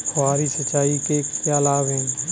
फुहारी सिंचाई के क्या लाभ हैं?